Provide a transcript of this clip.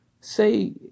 say